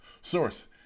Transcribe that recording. Source